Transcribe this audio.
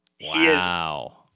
Wow